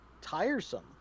tiresome